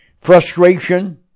frustration